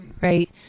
right